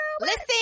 Listen